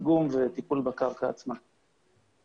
דיגום וטיפול בקרקע עצמה.